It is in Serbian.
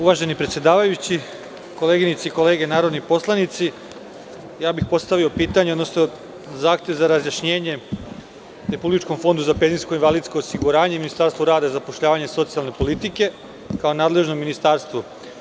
Uvaženi predsedavajući, koleginice i kolege narodni poslanici, postavio bih pitanje, odnosno zahtev za razjašnjenje Republičkom fondu za penzijsko i invalidsko osiguranje i Ministarstvu rada, zapošljavanja i socijalne politike, kao nadležnom ministarstvu.